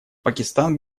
пакистан